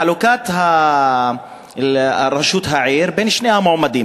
חלוקת ראשות העיר בין שני המועמדים.